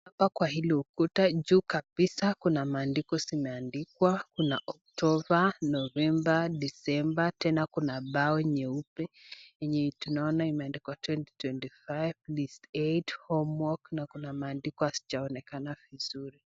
Hapa kwa hili ukuta, juu kabisa kuna maandiko zimeandikwa, kuna October, November, December , tena kuna bao nyeupe, inayoonekana imeandikwa 2025, List 8, Homework , na kuna maandiko hazijaonekana vizuri.